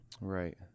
right